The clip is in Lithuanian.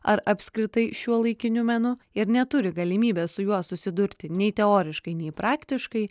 ar apskritai šiuolaikiniu menu ir neturi galimybės su juo susidurti nei teoriškai nei praktiškai